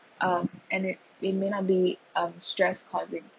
um and it it may not be um stress causing